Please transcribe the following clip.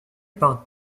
par